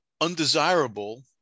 undesirable